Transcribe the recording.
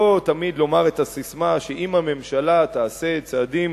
תמיד לומר את הססמה שאם הממשלה תעשה צעדים